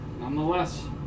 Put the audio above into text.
Nonetheless